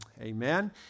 Amen